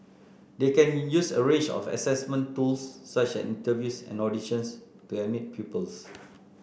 they can use a range of assessment tools such as interviews and auditions to admit pupils